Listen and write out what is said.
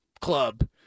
club